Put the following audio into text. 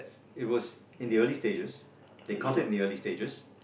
it was in the early stages they caught it in the early stages